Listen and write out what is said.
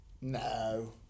no